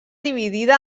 dividida